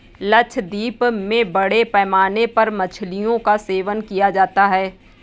लक्षद्वीप में बड़े पैमाने पर मछलियों का सेवन किया जाता है